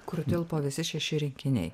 kur tilpo visi šeši rinkiniai